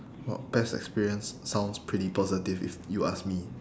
uh best experience sounds pretty positive if you ask me